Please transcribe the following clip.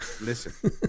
Listen